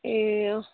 ए अँ